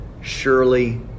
surely